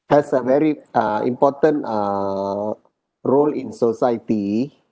has a very uh important err role in society